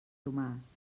tomàs